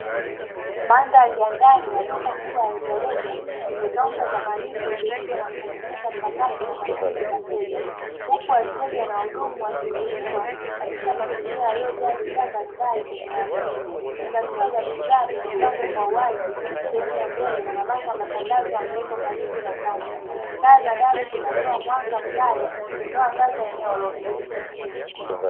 Mandhari ya ndani ya duka kubwa la rejareja lenye kaunta za malipo, zilizo na kompyuta mpakato na mashine za fedha, huku wateja na wahudumu wakihudumiwa katika mazingira yaliyojaa bidhaa mbalimbali kwenye rafu. Vifungashio vya bidhaa vimepangwa kwa wazi sehemu ya mbele na mabango ya matangazo yamewekwa karibu na kaunta, taa za dari zinatoa mwanga mkali unaoangaza eneo lote.